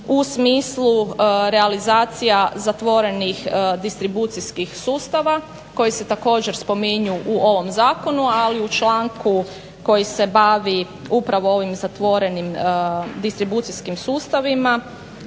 u smislu realizacija zatvorenih distribucijskih sustava koji se također spominju u ovom zakonu ali u članku koji se bavi upravo ovim zatvorenim distribucijskim sustavima,